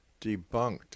debunked